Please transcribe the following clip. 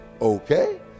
okay